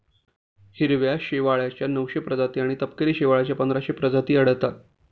हिरव्या शेवाळाच्या नऊशे प्रजाती आणि तपकिरी शेवाळाच्या पंधराशे प्रजाती आढळतात